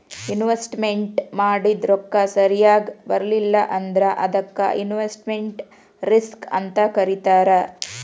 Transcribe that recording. investment ಮಾಡಿದ್ ರೊಕ್ಕ ಸರಿಯಾಗ್ ಬರ್ಲಿಲ್ಲಾ ಅಂದ್ರ ಅದಕ್ಕ ಇನ್ವೆಸ್ಟ್ಮೆಟ್ ರಿಸ್ಕ್ ಅಂತ್ ಕರೇತಾರ